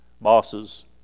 bosses